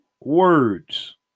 words